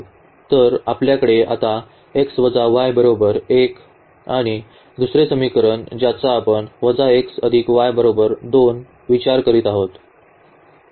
तर आपल्याकडे आता 1 आणि दुसरे समीकरण ज्याचा आपण 2 विचार करीत आहोत